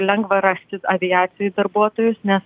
lengva rasti aviacijoj darbuotojus nes